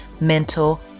mental